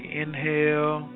inhale